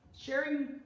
sharing